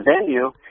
venue